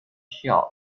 shield